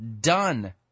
done